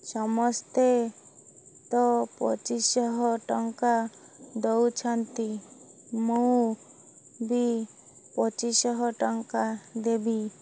ସମସ୍ତେ ତ ପଚିଶି ଶହ ଟଙ୍କା ଦଉଛନ୍ତି ମୁଁ ବି ପଚିଶି ଶହ ଟଙ୍କା ଦେବି